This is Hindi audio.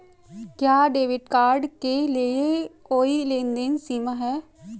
क्या डेबिट कार्ड के लिए कोई लेनदेन सीमा है?